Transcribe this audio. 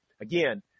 Again